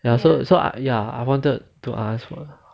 ya so so I ya I wanted to ask lor